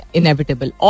inevitable